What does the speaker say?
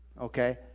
okay